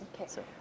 Okay